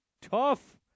tough